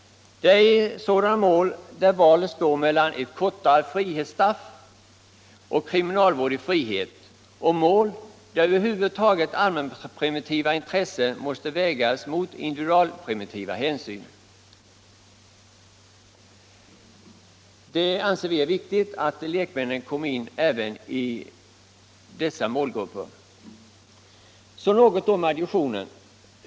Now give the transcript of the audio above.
Det är i sådana mål där val står mellan ett kortare frihetsstraff och kriminalvård i frihet, och mål där över huvud taget allmänpreventiva intressen måste vägas mot individualpreventiva hänsyn. Vi anser det viktigt att lekmännen kommer in även i dessa målgrupper. Så något om adjunktionen.